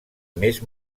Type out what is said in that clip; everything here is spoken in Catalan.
més